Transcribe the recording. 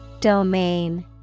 Domain